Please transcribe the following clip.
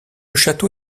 château